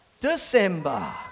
December